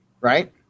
right